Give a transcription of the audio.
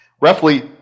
Roughly